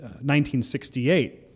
1968